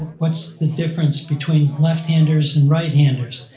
what's the difference between left handers and right handers.